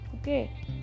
okay